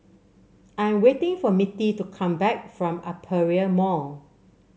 I'm waiting for Mittie to come back from Aperia Mall